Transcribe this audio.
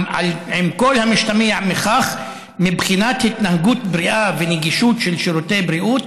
על כל המשתמע מכך מבחינת התנהגות בריאה ונגישות של שירותי בריאות,